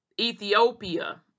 Ethiopia